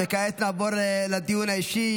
וכעת נעבור לדיון האישי.